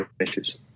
issues